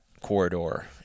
corridor